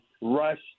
rush